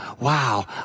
wow